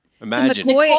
Imagine